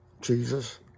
Jesus